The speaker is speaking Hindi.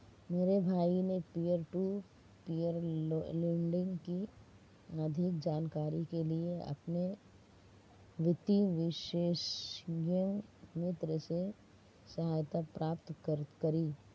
मेरे भाई ने पियर टू पियर लेंडिंग की अधिक जानकारी के लिए अपने वित्तीय विशेषज्ञ मित्र से सहायता प्राप्त करी